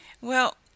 well